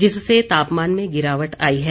जिससे तापमान में गिरावट आई है